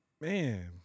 man